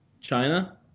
China